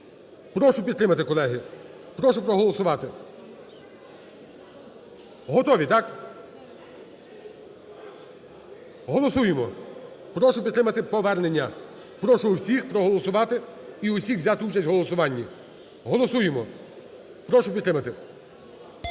Прошу підтримати, колеги, прошу проголосувати. Готові, так? Голосуємо. Прошу підтримати повернення, прошу усіх проголосувати і усіх взяти участь в голосуванні, голосуємо. Прошу підтримати.